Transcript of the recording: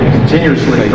continuously